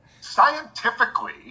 scientifically